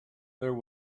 there